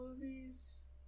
movies